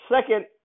second